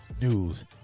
news